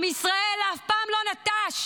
עם ישראל אף פעם לא נטש